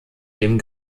dem